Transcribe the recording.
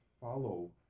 follow